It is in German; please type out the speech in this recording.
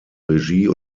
regie